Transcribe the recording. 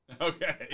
Okay